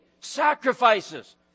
sacrifices